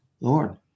Lord